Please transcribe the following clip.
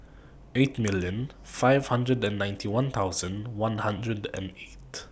eight million five nine one thousand one hundred and eight